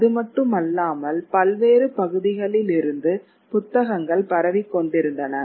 அது மட்டுமல்லாமல் பல்வேறு பகுதிகளிலிருந்து புத்தகங்கள் பரவிக் கொண்டிருந்தன